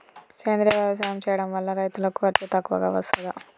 సేంద్రీయ వ్యవసాయం చేయడం వల్ల రైతులకు ఖర్చు తక్కువగా వస్తదా?